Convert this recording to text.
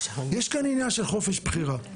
יש כאן עניין של חופש בחירה.